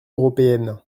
européenne